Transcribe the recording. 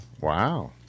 Wow